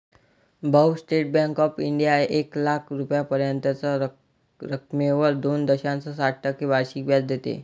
भाऊ, State Bank of India एक लाख रुपयांपर्यंतच्या रकमेवर दोन दशांश सात टक्के वार्षिक व्याज देते